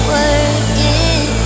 working